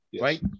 right